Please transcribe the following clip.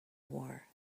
war